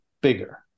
bigger